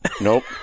Nope